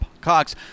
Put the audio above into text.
Cox